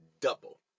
double